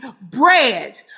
bread